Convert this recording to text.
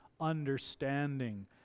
understanding